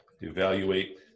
Evaluate